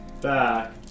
back